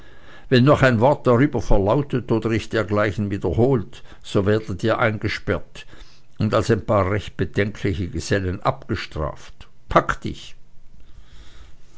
wenn noch ein wort darüber verlautet oder sich dergleichen wieder holt so werdet ihr eingesperrt und als ein paar recht bedenkliche gesellen abgestraft pack dich